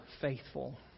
faithful